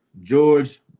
George